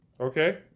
Okay